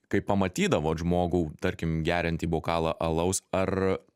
kai pamatydavot žmogų tarkim gerintį bokalą alaus ar